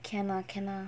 can lah can lah